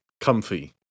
comfy